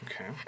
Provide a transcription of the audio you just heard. Okay